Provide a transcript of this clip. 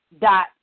dot